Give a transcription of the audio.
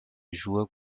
joueur